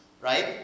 right